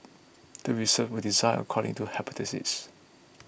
the research was designed according to hypothesis